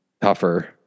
tougher